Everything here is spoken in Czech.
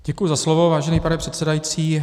Děkuji za slovo, vážený pane předsedající.